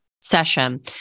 session